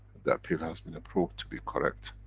the appeal has been approved to be correct.